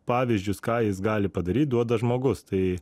pavyzdžius ką jis gali padaryt duoda žmogus tai